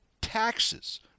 taxes